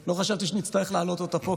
שזו הצעה שלא חשבתי שנצטרך להעלות פה,